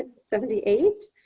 and seventy eight,